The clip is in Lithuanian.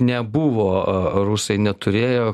nebuvo rusai neturėjo